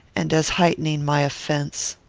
and as heightening my offence.